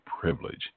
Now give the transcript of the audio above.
privilege